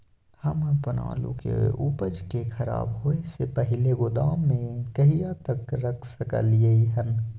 हम अपन आलू के उपज के खराब होय से पहिले गोदाम में कहिया तक रख सकलियै हन?